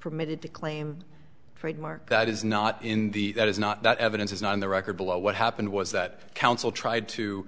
permitted to claim trademark that is not in the that is not that evidence is not on the record below what happened was that council tried to